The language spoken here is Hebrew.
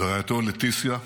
ורעייתו לטיסיה,